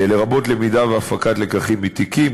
לרבות למידה והפקת לקחים מתיקים,